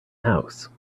house